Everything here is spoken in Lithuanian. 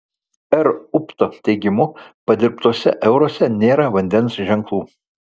r upto teigimu padirbtuose euruose nėra vandens ženklų